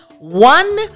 one